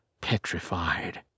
petrified